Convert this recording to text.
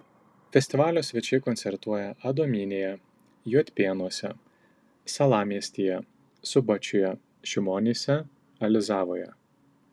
festivalio svečiai koncertuoja adomynėje juodpėnuose salamiestyje subačiuje šimonyse alizavoje